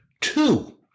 two